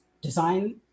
design